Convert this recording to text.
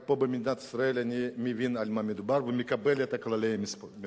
רק פה במדינת ישראל אני מבין על מה מדובר ומקבל את כללי המשחק.